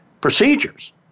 procedures